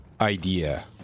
idea